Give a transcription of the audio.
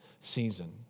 season